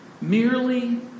merely